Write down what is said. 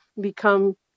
become